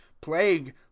plague